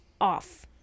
off